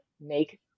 make